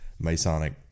Masonic